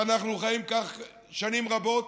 ואנחנו חיים כך שנים רבות,